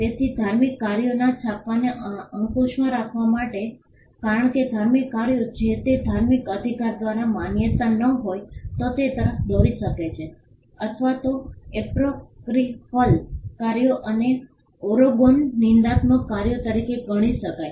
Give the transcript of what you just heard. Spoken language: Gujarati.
તેથી ધાર્મિક કાર્યોના છાપવાને અંકુશમાં રાખવા માટે કારણ કે ધાર્મિક કાર્યો જો તે ધાર્મિક અધિકાર દ્વારા માન્યતા ન હોય તો તે તરફ દોરી શકે છે અથવા તો એપોક્રીફલ કાર્યો અને ઓરેગોન નિંદાત્મક કાર્યો તરીકે ગણી શકાય